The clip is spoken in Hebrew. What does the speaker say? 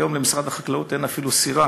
היום למשרד החקלאות אין אפילו סירה,